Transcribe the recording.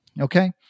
Okay